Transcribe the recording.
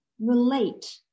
relate